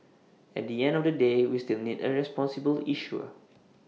at the end of the day we still need A responsible issuer